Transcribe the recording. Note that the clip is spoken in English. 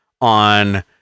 on